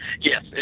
Yes